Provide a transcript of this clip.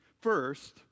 First